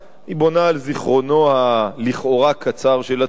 היא בונה על זיכרונו הלכאורה-קצר של הציבור.